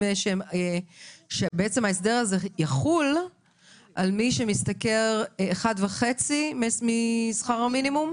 שההסדר יחול על מי שמשתכר פי 1.5 משכר המינימום.